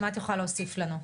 מה את יכולה להוסיף לנו?